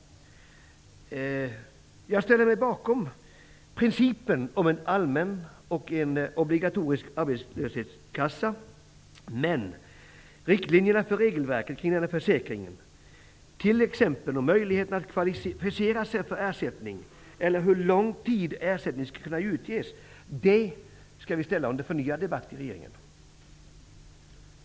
Jag ställer mig bakom principen om en allmän och obligatorisk arbetslöshetsförsäkring, men riktlinjerna för regelverket, t.ex. möjligheten att kvalificera sig för ersättning och den tid för vilken ersättning skall utgå, skall vi underställa en ny behandling i regeringen.